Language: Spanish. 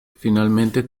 finalmente